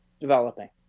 developing